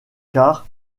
car